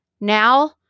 Now